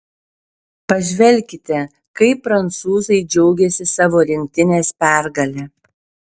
pažvelkite kaip prancūzai džiaugėsi savo rinktinės pergale